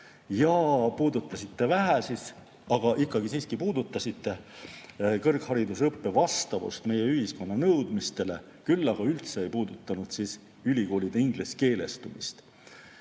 Te puudutasite vähe, aga siiski puudutasite kõrghariduse õppe vastavust meie ühiskonna nõudmistele, aga üldse ei puudutanud ülikoolide ingliskeelestumist.